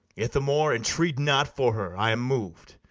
ithamore, entreat not for her i am mov'd,